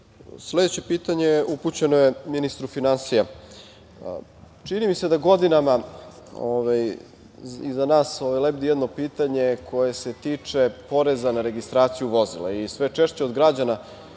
pitanje je upućeno ministru finansija. Čini mi se da godinama iza nas lebdi jedno pitanje koje se tiče poreza na registraciju vozila i sve češće od građana